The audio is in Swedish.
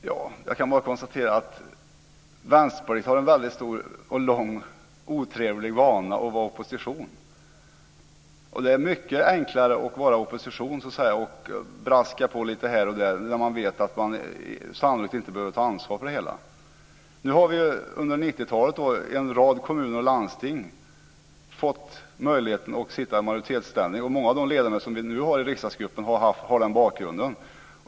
Herr talman! Jag kan bara konstatera att Vänsterpartiet har stor, otrevlig och långvarig, vana vid att vara i opposition. Det är mycket enklare att vara i opposition och att så att säga braska på lite här och där. Man vet ju att man sannolikt inte behöver ta ansvar för det hela. Under 90-talet har vi i en rad kommuner och landsting fått möjligheten att vara i majoritetsställning. Många av våra ledamöter nu i riksdagsgruppen har den bakgrunden.